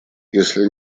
если